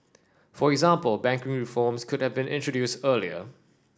for example banking reforms could have been introduced earlier